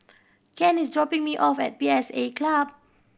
Ken is dropping me off at P S A Club